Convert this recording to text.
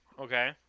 okay